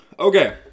Okay